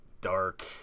dark